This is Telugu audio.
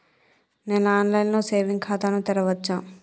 నేను ఆన్ లైన్ లో సేవింగ్ ఖాతా ను తెరవచ్చా?